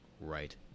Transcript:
right